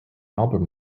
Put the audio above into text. album